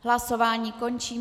Hlasování končím.